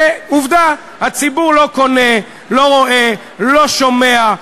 ועובדה, הציבור לא קונה, לא רואה, לא שומע.